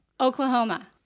Oklahoma